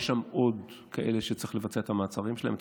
היו שם עוד כאלה וצריך לבצע את המעצרים שלהם.